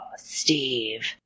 Steve